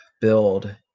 build